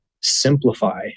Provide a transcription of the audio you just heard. simplify